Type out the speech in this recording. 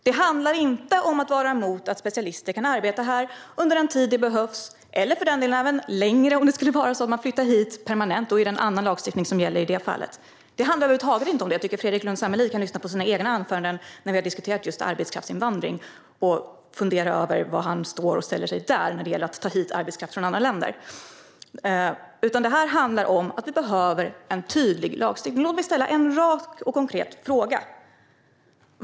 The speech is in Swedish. Det handlar inte om att vara emot att specialister kan arbeta här under den tid det behövs, eller för den delen även längre, om det skulle vara så att de flyttar hit permanent. I det fallet är det en annan lagstiftning som gäller. Det handlar över huvud taget inte om det. Jag tycker att Fredrik Lundh Sammeli kan lyssna på sina egna anföranden när vi har diskuterat just arbetskraftsinvandring och fundera över var han ställer sig när det gäller att ta hit arbetskraft från andra länder. Det handlar om att vi behöver en tydlig lagstiftning. Låt mig ställa en rak och konkret fråga.